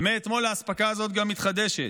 ומאתמול האספקה הזו גם מתחדשת.